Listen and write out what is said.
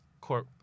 court